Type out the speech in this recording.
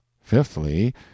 fifthly